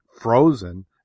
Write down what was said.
frozen